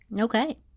Okay